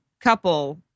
couple